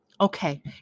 Okay